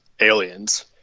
Aliens